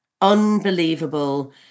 unbelievable